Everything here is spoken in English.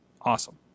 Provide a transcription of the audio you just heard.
awesome